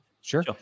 Sure